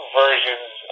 versions